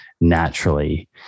naturally